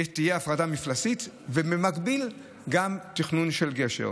שתהיה הפרדה מפלסית, ובמקביל, תכנון של גשר.